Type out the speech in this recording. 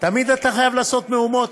תמיד אתה חייב לעשות מהומות?